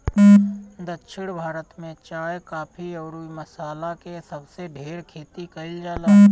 दक्षिण भारत में चाय, काफी अउरी मसाला के सबसे ढेर खेती कईल जाला